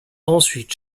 ensuite